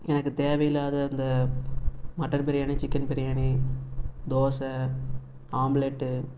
எனக்கு தேவையில்லாத அந்த mutton biryani chicken biryani dosa omelette